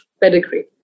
pedigree